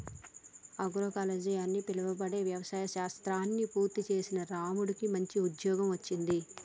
agroecology అని పిలువబడే వ్యవసాయ శాస్త్రాన్ని పూర్తి చేసిన రాముకు మంచి ఉద్యోగం వచ్చింది